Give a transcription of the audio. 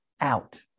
out